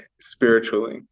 spiritually